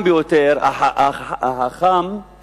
החכם הוא